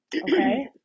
Okay